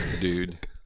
dude